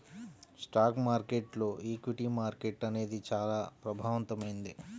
stock మార్కెట్టులో equity market అనేది చానా ప్రభావవంతమైంది